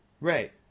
Right